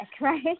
right